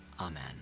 Amen